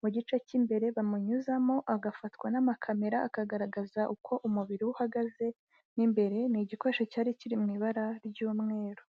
mu gice k'imbere bamunyuzamo agafatwa n'amakamera akagaragaza uko umubiri uhagaze mo imbere, ni igikoresho cyari kiri mu ibara ry'umweru.